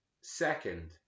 Second